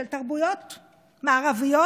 של תרבויות מערביות,